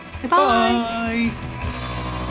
Goodbye